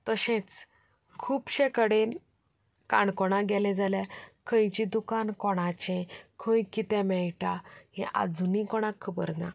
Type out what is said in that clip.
तशें खुबशे कडेन काणकोणांत गेलें जाल्यार खंयचें दुकान कोणाचें खंय कितें मेळटा हें आजुनूय कोणाक खबर ना